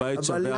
הבית שלו.